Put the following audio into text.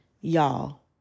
Y'all